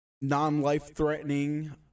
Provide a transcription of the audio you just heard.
non-life-threatening